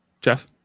Jeff